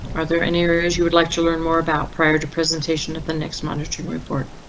are there any areas you would like to learn more about prior to presentation at the next monitoring report?